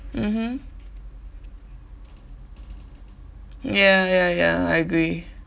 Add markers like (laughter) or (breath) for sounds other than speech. mmhmm ya ya ya I agree (breath)